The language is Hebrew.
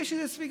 יש איזו ספיגה.